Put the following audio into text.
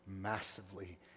massively